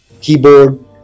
keyboard